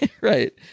Right